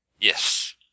Yes